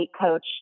coach